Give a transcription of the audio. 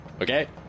Okay